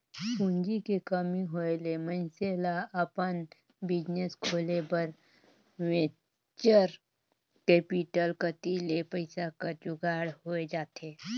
पूंजी के कमी होय ले मइनसे ल अपन बिजनेस खोले बर वेंचर कैपिटल कती ले पइसा कर जुगाड़ होए जाथे